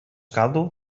caldo